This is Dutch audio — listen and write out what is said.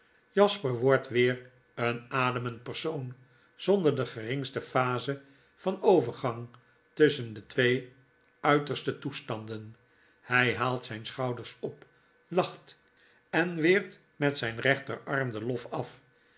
jasper wordt weer een ademend persoon zonder de geringste phaze van overgang tusschen de twee uiterste toestanden hy haalt zijn schouders op lacht en weert met zyn rechterarm den ibf af